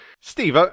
Steve